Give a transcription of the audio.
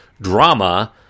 drama